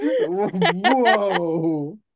Whoa